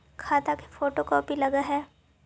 खाता के photo copy लगहै?